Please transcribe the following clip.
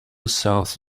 south